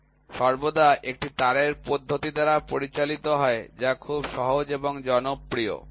সুতরাং একটি থ্রেড পরিমাপ সর্বদা একটি তারের পদ্ধতি দ্বারা পরিচালিত হয় যা খুব সহজ এবং জনপ্রিয়